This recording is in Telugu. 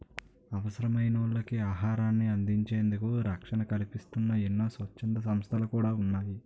అవసరమైనోళ్ళకి ఆహారాన్ని అందించేందుకు రక్షణ కల్పిస్తూన్న ఎన్నో స్వచ్ఛంద సంస్థలు కూడా ఉన్నాయి